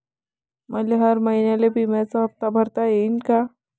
मले हर महिन्याले बिम्याचा हप्ता भरता येईन का?